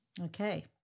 Okay